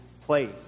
place